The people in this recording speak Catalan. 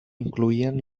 incloïen